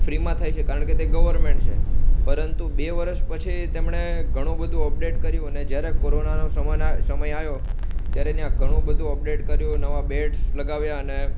ફ્રીમાં થાય છે કારણ કે તે ગવર્મેન્ટ છે પરંતુ બે વરસ પછી તેમણે ઘણું બધું અપડેટ કર્યું અને જ્યારે કોરોનાનો સમન સમય આવ્યો ત્યારે ત્યાં ઘણુંબધું અપડેટ કર્યું નવા બેડ્સ લગાવ્યા અને